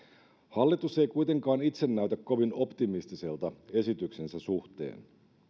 hallitus ei kuitenkaan itse näytä kovin optimistiselta esityksensä suhteen